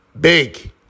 Big